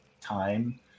time